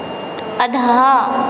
अधः